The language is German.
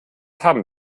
haben